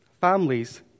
Families